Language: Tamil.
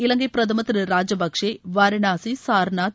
இலங்கை பிரதமர் திரு ராஜபக்சே வாரணாசி சார்னாத்